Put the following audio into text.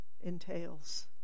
entails